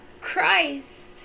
Christ